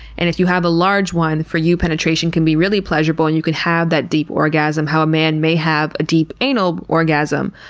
and if you have a large one, for you, penetration can be really pleasurable and you can have that deep orgasm how a man may have a deep anal orgasm.